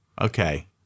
Okay